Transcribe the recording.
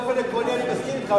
באופן עקרוני אני מסכים אתך,